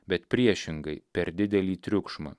bet priešingai per didelį triukšmą